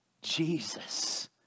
Jesus